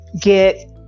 get